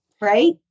right